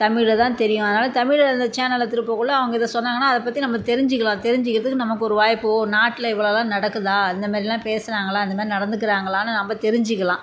தமிழில் தான் தெரியும் அதனால தமிழ்ல் அந்த சேனலை திருப்பக்கொள்ள அவங்க இதை சொன்னாங்கன்னா அதை பற்றி நம்ம தெரிஞ்சுக்கலாம் தெரிஞ்சுக்கிறதுக்கு நமக்கு ஒரு வாய்ப்போ நாட்டில் இவ்வளோலாம் நடக்குதா இந்த மாதிரிலாம் பேசுகிறாங்களா இந்த மாதிரி நடந்துக்கிறாங்களானு நம்ப தெரிஞ்சுக்கலாம்